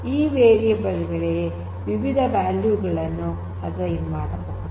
ಈ ವೇರಿಯೇಬಲ್ ಗಳಿಗೆ ವಿವಿಧ ವ್ಯಾಲ್ಯೂ ಗಳನ್ನು ಅಸೈನ್ ಮಾಡಬಹುದು